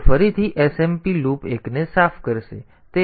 તેથી તે ફરીથી smp લૂપ એકને સાફ કરશે